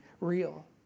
real